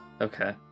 Okay